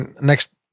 next